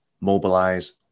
mobilize